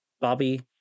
Bobby